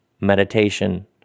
meditation